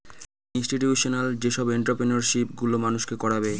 institutional যেসব entrepreneurship গুলো মানুষকে করাবে